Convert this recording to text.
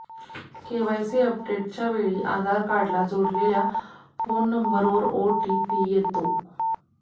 KYC अपडेटच्या वेळी आधार कार्डला जोडलेल्या फोन नंबरवर ओ.टी.पी येतो